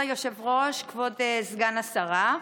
כבוד היושב-ראש, כבוד סגן השרה,